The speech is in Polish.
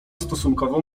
stosunkowo